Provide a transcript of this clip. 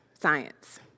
science